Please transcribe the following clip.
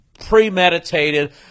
premeditated